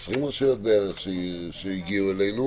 20 רשויות בערך שהגיעו אלינו.